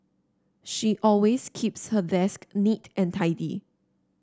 she always keeps her desk neat and tidy